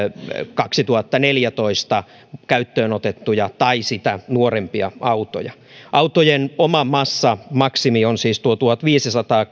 kaksituhattaneljätoista käyttöön otettuja tai sitä nuorempia autoja autojen oma massamaksimi on siis tuo tuhatviisisataa